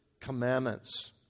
commandments